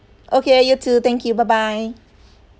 okay you too thank you bye bye